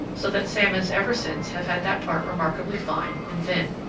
so that salmons ever since have had that part remarkably fine and thin.